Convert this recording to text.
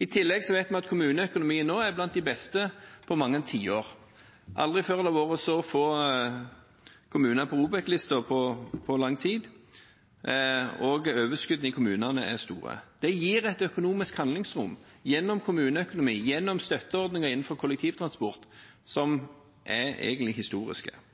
I tillegg vet vi at kommuneøkonomien nå er blant de beste på mange tiår. Aldri før har det vært så få kommuner på ROBEK-lista, på lang tid, og overskuddene i kommunene er store. Det gir et økonomisk handlingsrom gjennom kommuneøkonomi, gjennom støtteordninger innenfor kollektivtransport som egentlig er historiske.